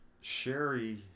Sherry